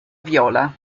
viola